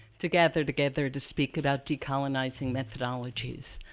to gather to gather to speak about decolonizing methodologies.